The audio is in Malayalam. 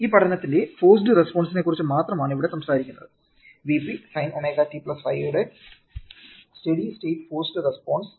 ഈ പഠനത്തിന്റെ ഫോർസ്ഡ് റെസ്പോൺസിനെ കുറിച്ച് മാത്രമാണ് ഇവിടെ സംസാരിക്കുന്നത് Vp sin ω t 5 യുടെ സ്റ്റെഡി സ്റ്റേറ്റ് ഫോർസ്ഡ് റെസ്പോൺസ്